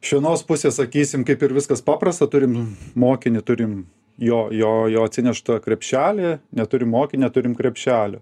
iš vienos pusės sakysim kaip ir viskas paprasta turim mokinį turim jo jo jo atsineštą krepšelį neturim mokinio neturim krepšelio